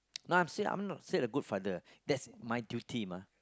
not say I'm not say a good father that's my duty mah